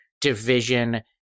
division